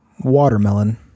watermelon